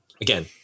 Again